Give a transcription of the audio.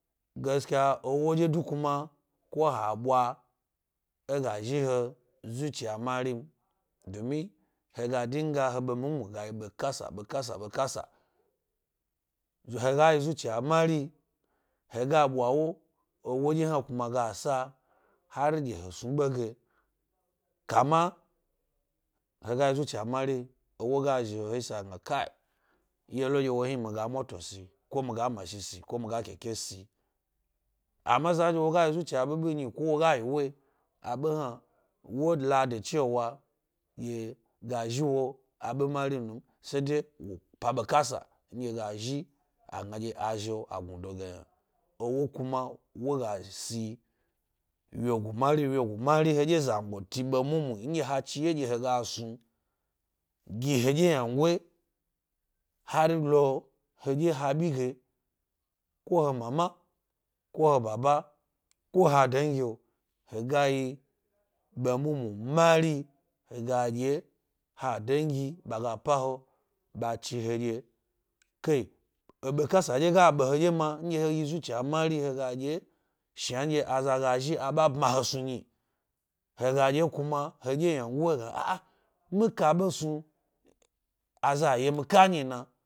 Gaskyya ewoɗye du kuma ko ha ɓwa, e ga zhi he zuciya mari m, dumi he ga dinga he ɓe mumu ga yi ɓekasa-ɓekasa-ɓekasa to he ga yi zuciya mari, he ga ɓwa wo, ewo ɗye hna kuma ga s a hari gi he snu ɓe ge kama he ga yi zuciya mari, ewo ga zhi he-he yisa he gna yelo nɗye hni miga matosi ama za nɗye wo ga yi zuciya bibi nyi ko wo ga yi wo, aɓe hna wo la da cewa ɗye ga zhi wo aɓe mari num, se de wo pa ɓe kasa nɗye ga zhi a gna ɗye a zhi’o a gnnudo ge yna. Ewo kuma wa ga si wyegu mari m, wyegu mari hedye he ga snu gi he ɓye ha dangi ɓa ga pa he ɓa chi hedye.ɓe kasa dye ga ɓe he ɗye ma nɗye he yi zuciya mari, he ga dye shnanɗye aza ga zhi aɓa bma he snu nyi, he ga ɗye kkuma heɗye ynango gna mi kaɓe snu, aza ye mi ka myi na?